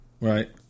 right